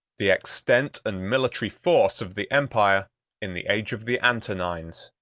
the extent and military force of the empire in the age of the antonines.